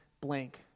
blank